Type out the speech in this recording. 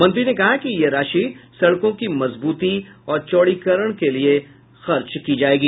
मंत्री ने कहा कि ये राशि सड़कों की मजबूती और चौड़ीकरण के लिये खर्च की जायेगी